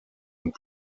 und